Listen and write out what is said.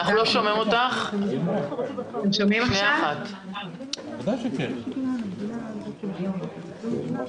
לאור העובדה שיש לזה עכשיו משמעויות כלכליות.